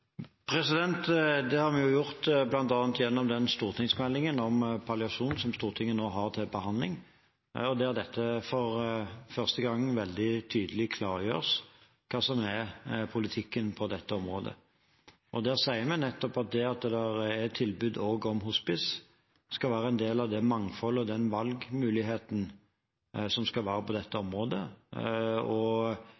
Det har vi gjort bl.a. gjennom den stortingsmeldingen om palliasjon som Stortinget nå har til behandling, der det for første gang veldig tydelig klargjøres hva som er politikken på dette området. Der sier vi nettopp at det at det er et tilbud også om hospice, skal være en del av mangfoldet og valgmuligheten på dette området, og at det ikke er noe konkurranseforhold opp mot det som også skal være